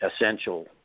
essential